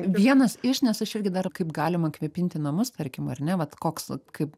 vienas iš nes aš irgi dar kaip galima kvėpinti namus tarkim ar ne vat koks kaip